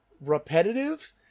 repetitive